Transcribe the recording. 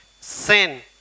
sin